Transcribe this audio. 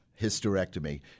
hysterectomy